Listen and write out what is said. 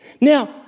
Now